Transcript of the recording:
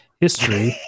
history